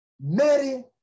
Mary